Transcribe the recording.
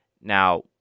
Now